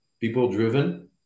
people-driven